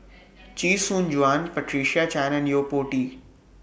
Chee Soon Juan Patricia Chan and Yo Po Tee